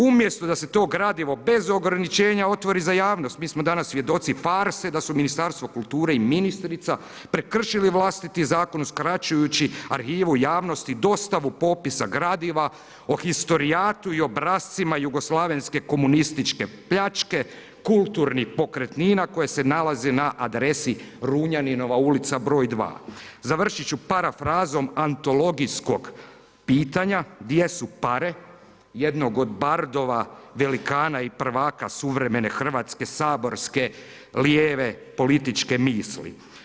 Umjesto da se to gradivo bez ograničenja otvori za javnost, mi smo danas svjedoci farse da su Ministarstvo kulture i ministrica prekršili vlastiti zakon uskračujući arhivu javnosti, dostavu popisa gradiva o historijatu i obrascima jugoslavenske komunističke pljačke, kulturnih pokretnina koje se nalaze na adresi Runjaninova ulica br. 2. Završiti ću parafrazom antologijskog pitanja, gdje su pare jednog od bardova velikana i prvaka suvremene hrvatske saborske lijeve političke misli.